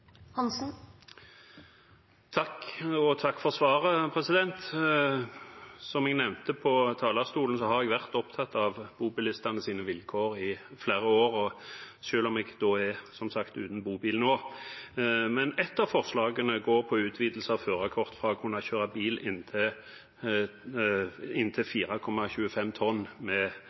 Takk for svaret. Som jeg nevnte fra talerstolen, har jeg vært opptatt av bobilistenes vilkår i flere år, selv om jeg, som sagt, er uten bobil nå. Men et av forslagene går på utvidelse av førerkort til å kunne kjøre bil inntil 4,25 tonn med